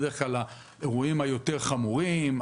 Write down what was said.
בדרך כלל האירועים היותר-חמורים,